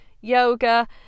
Yoga